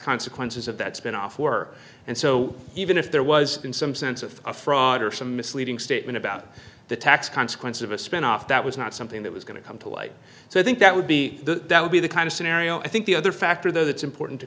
consequences of that spin off were and so even if there was in some sense of a fraud or some misleading statement about the tax consequence of a spinoff that was not something that was going to come to light so i think that would be the that would be the kind of scenario i think the other factor that's important to